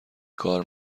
کار